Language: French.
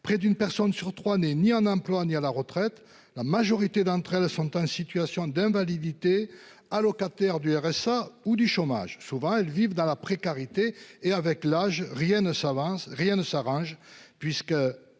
près d'une personne sur 3 n'est ni en emploi, ni à la retraite. La majorité d'entre elles sont en situation d'invalidité allocataires du RSA ou du chômage souvent elles vivent dans la précarité et avec l'âge. Rien ne s'avance,